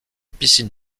piscine